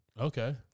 okay